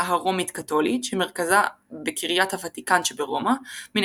הרומית-קתולית שמרכזה בקריית הוותיקן שברומא מן